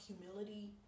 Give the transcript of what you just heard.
humility